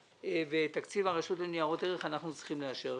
ואת תקציב הרשות לניירות ערך אנחנו צריכים לאשר.